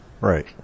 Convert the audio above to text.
Right